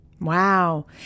Wow